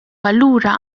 allura